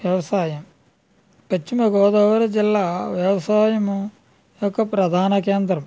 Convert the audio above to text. వ్యవసాయం పశ్చిమ గోదావరి జిల్లా వ్యవసాయము ఒక ప్రధాన కేంద్రం